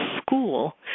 school